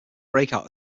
breakout